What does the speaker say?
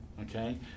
okay